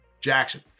Jackson